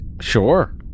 Sure